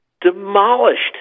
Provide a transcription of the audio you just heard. demolished